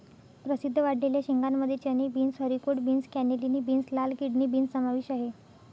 प्रसिद्ध वाळलेल्या शेंगांमध्ये चणे, beans, haricot beans, cannellini beans, लाल किडनी बीन्स समावेश आहे